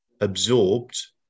absorbed